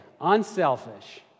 unselfish